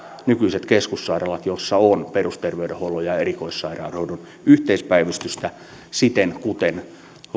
nykyiset keskussairaalat joissa on perusterveydenhuollon ja erikoissairaanhoidon yhteispäivystystä siten kuten